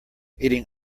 eating